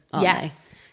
Yes